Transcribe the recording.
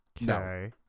no